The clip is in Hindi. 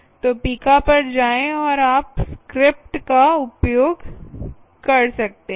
तो पिका पर जाएं और आप स्क्रिप्ट का उपयोग कर सकते हैं